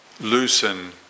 loosen